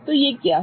तो ये क्या हैं